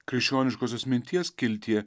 krikščioniškosios minties skiltyje